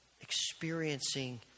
experiencing